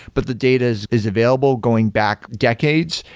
but the data is is available going back decades.